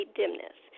dimness